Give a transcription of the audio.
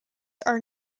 are